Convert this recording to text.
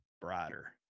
brighter